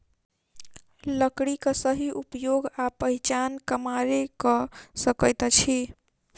लकड़ीक सही उपयोग आ पहिचान कमारे क सकैत अछि